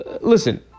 listen